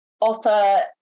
offer